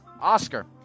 Oscar